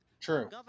True